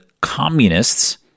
communists